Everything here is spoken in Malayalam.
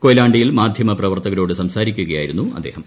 കൊയിലാണ്ടിയിൽ മാധ്യമപ്രവർത്തകരോട് സംസാരിക്കുകയായിരുന്നു അദ്ദേഹം